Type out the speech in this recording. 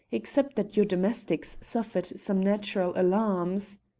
except that your domestics suffered some natural alarms.